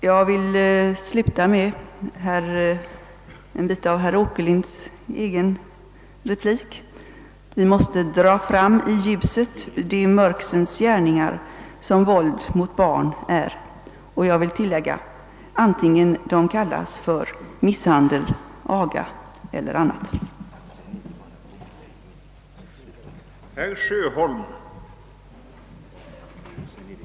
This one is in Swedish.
Jag vill sluta med en mening ur herr Åkerlinds egen replik: Vi måste dra fram i ljuset de mörksens gärningar som våld mot barn är — och, vill jag tillägga, antingen det kallas misshandel, aga eller något annat.